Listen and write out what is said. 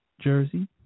Jersey